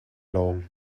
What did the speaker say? lawng